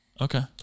Okay